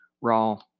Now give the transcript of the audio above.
Raw